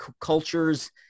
cultures